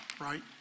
right